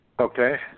Okay